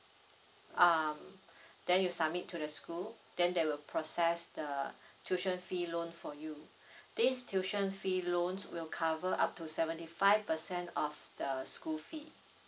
uh then you submit to the school then they will process the tuition fee loan for you this tuition fee loans will cover up to seventy five percent of the school fee